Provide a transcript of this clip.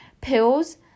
pills